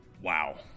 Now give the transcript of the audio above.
Wow